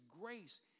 grace